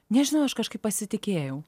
nežinau aš kažkaip pasitikėjau